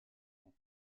ans